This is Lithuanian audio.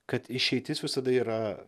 kad išeitis visada yra